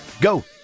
Go